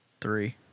Three